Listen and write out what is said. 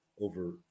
over